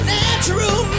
natural